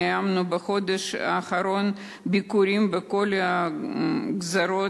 קיימתי בחודש האחרון ביקורים בכל הגזרות